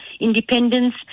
independence